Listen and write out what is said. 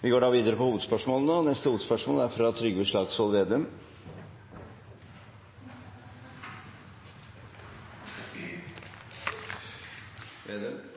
Vi går videre til neste hovedspørsmål. Det er